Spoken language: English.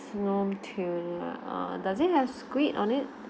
no tuna uh does it have squid on it